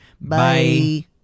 Bye